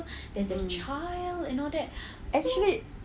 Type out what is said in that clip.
mm actually